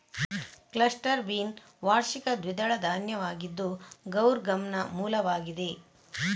cluster bean ವಾರ್ಷಿಕ ದ್ವಿದಳ ಧಾನ್ಯವಾಗಿದ್ದು ಗೌರ್ ಗಮ್ನ ಮೂಲವಾಗಿದೆ